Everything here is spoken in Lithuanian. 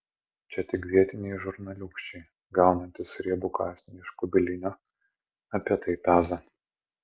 čia tik vietiniai žurnaliūkščiai gaunantys riebų kasnį iš kubilinio apie tai peza